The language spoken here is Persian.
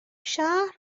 شهر